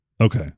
Okay